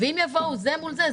ואם יבואו זה מול זה,